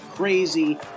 crazy